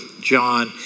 John